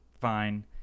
fine